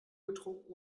getrunken